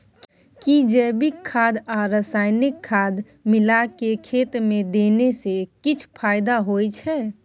कि जैविक खाद आ रसायनिक खाद मिलाके खेत मे देने से किछ फायदा होय छै?